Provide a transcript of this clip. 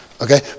okay